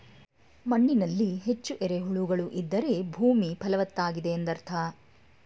ಮಣ್ಣಿನಲ್ಲಿ ಹೆಚ್ಚು ಎರೆಹುಳುಗಳು ಇದ್ದರೆ ಭೂಮಿ ಫಲವತ್ತಾಗಿದೆ ಎಂದರ್ಥ